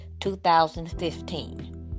2015